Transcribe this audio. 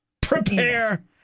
Prepare